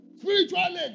spiritually